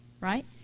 right